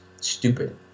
Stupid